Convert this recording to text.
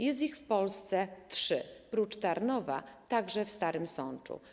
Jest ich w Polsce trzy - prócz Tarnowa także w Starym Sączu.